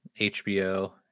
HBO